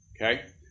Okay